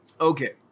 Okay